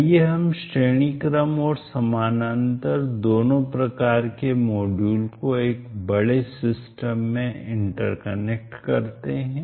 आइए हम श्रेणी क्रम और समानांतर दोनों प्रकार के मॉड्यूल को एक बड़े सिस्टम में इंटरकनेक्ट करते हैं